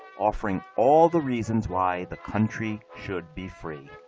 offering all the reasons why the country should be free.